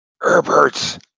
Herbert's